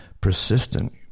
Persistent